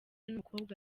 n’umukobwa